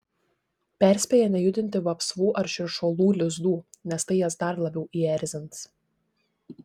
perspėja nejudinti vapsvų ar širšuolų lizdų nes tai jas dar labiau įerzins